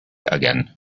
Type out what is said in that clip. again